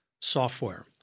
Software